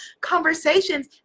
conversations